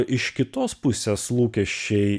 iš kitos pusės lūkesčiai